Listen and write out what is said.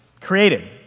created